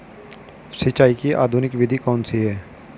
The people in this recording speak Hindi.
सिंचाई की आधुनिक विधि कौन सी है?